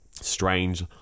Strange